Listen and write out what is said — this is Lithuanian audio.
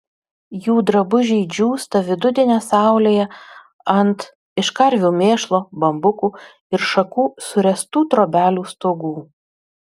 jų drabužiai džiūsta vidudienio saulėje ant iš karvių mėšlo bambukų ir šakų suręstų trobelių stogų